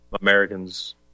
Americans